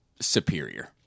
superior